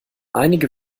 einige